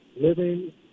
Living